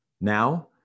Now